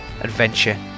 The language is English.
adventure